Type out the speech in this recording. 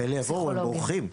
מילא שיבואו, הם בורחים.